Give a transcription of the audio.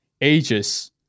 ages